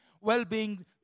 Well-being